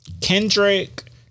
Kendrick